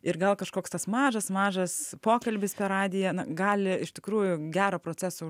ir gal kažkoks tas mažas mažas pokalbis per radiją na gali iš tikrųjų gerą procesą